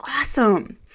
awesome